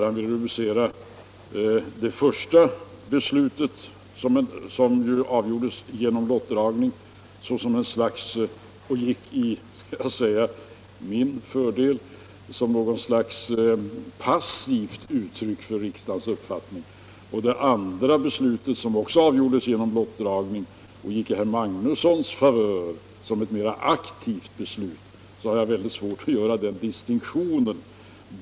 Han vill rubricera det första beslutet, som kom till genom lottdragning och som utföll till min fördel, som ett slags passivt uttryck för riksdagens uppfattning och det andra beslutet, som också kom till genom lottdragning men som var till herr Magnussons favör, som ett mer aktivt beslut. Jag har mycket svårt att göra den distinktionen.